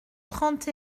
trente